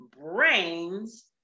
Brains